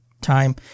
Time